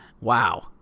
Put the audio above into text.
Wow